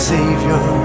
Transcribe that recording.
Savior